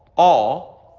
all.